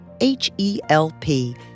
H-E-L-P